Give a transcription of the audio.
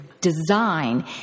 design